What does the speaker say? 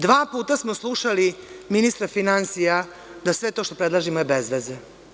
Dva puta smo slušali ministra finansija da sve to što predlažemo je bezveze.